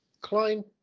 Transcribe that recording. Klein